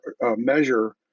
measure